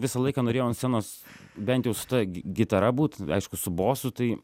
visą laiką norėjau ant scenos bent jau su ta gi gitara būt aišku su bosu tai